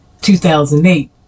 2008